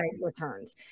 returns